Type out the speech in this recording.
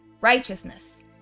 righteousness